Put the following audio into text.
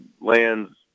lands